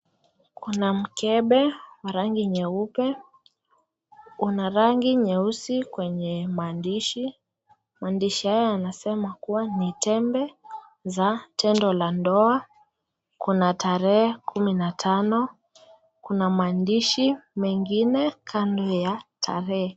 Kuna mkebe rangi nyeupe una rangi nyeusi kwenye maandishi maandishi haya yanasema kua ni tembe za tendo la ndoa kuna tarehe kumi na tano, kuna maandishi mengine kando ya tarehe.